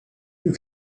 you